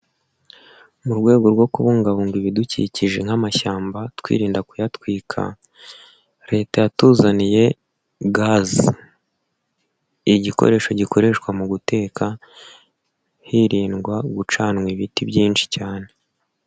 Mu rwego rwo kubungabunga ibidukikije nk'amashyamba twirinda kuyatwika, leta yatuzaniye gaze igikoresho gikoreshwa mu guteka, hirindwa gucana ibiti byinshi cyane.